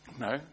No